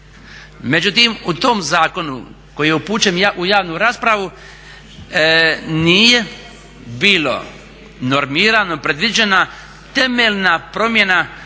Međutim, u tom zakonu koji je upućen u javnu raspravu nije bilo normirano, predviđena temeljna promjena